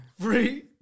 Three